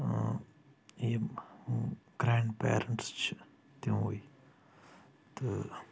یِم grandparents چھِ تموٕے تہٕ